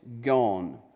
gone